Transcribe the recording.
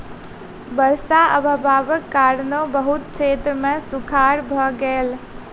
वर्षा अभावक कारणेँ बहुत क्षेत्र मे सूखाड़ भ गेल